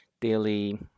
Daily